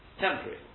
Temporary